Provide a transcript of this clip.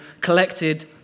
collected